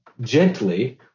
gently